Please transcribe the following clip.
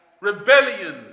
rebellion